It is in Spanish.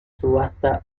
subasta